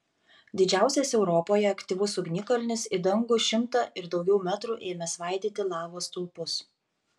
didžiausias europoje aktyvus ugnikalnis į dangų šimtą ir daugiau metrų ėmė svaidyti lavos stulpus